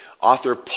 Author